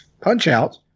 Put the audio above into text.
Punch-Out